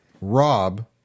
Rob